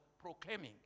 proclaiming